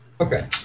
Okay